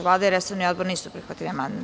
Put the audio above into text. Vlada i resorni odbor nisu prihvatili amandman.